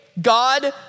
God